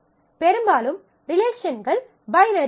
பெரும்பாலும் ரிலேஷன்கள் பைனரி ஆகும்